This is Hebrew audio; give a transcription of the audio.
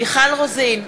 מיכל רוזין,